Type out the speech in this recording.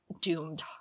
doomed